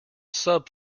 sub